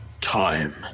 Time